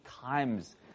times